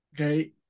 Okay